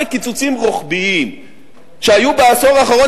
11 קיצוצים רוחביים שהיו בעשור האחרון,